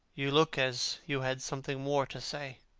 you look as you had something more to say.